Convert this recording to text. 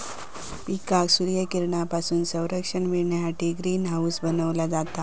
पिकांका सूर्यकिरणांपासून संरक्षण मिळण्यासाठी ग्रीन हाऊस बनवला जाता